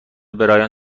برایان